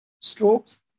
strokes